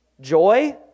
Joy